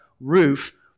Roof